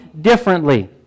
differently